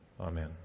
amen